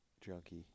junkie